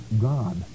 God